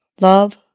love